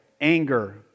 Anger